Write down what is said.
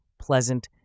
pleasant